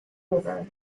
river